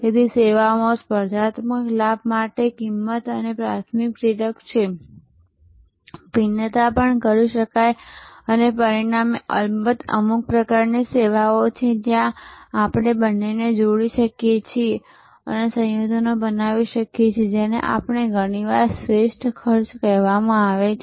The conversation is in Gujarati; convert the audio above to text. તેથી સેવાઓમાં સ્પર્ધાત્મક લાભ માટે કિંમત એ પ્રાથમિક પ્રેરક છે ભિન્નતા પણ કરી શકાય છે અને પરિણામે અલબત્ત અમુક પ્રકારની સેવાઓ છે જ્યાં આપણે બંનેને જોડી શકીએ છીએ અને સંયોજનો બનાવી શકીએ છીએ જેને ઘણીવાર શ્રેષ્ઠ ખર્ચ કહેવામાં આવે છે